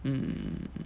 mm